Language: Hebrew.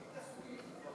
רשם